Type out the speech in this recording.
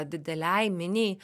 dideliai miniai